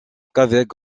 qu’avec